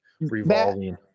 revolving